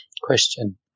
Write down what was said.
Question